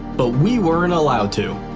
but we weren't allowed to.